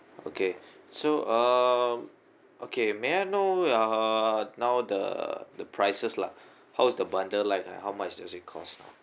okay so uh okay may I know uh now the the prices lah how is the bundle like how much does it cost